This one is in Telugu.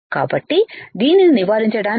కాబట్టి దీనిని నివారించడానికి